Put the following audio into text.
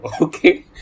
Okay